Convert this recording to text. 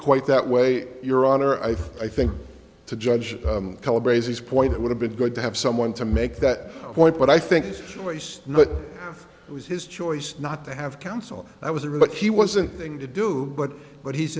quite that way your honor i think to judge his point it would have been good to have someone to make that point but i think it was his choice not to have counsel i was a robot he wasn't thing to do but but he's